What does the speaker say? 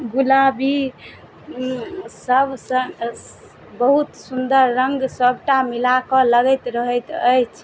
गुलाबी सब बहुत सुन्दर रङ्ग सबटा मिलाकऽ लगैत रहैत अछि